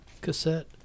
cassette